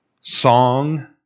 song